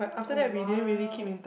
oh !wow!